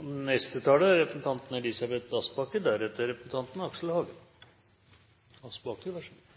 Interpellanten tar opp et sentralt tema som det er